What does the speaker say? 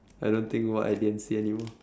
I don't think why I didn't say any more